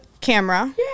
camera